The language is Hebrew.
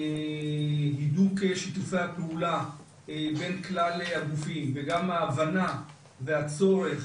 הידוק שיתופי הפעולה בין כלל הגופים וגם ההבנה והצורך